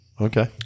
Okay